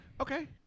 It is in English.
Okay